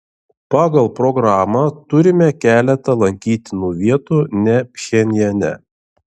pagal programą turime keletą lankytinų vietų ne pchenjane